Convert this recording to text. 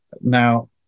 Now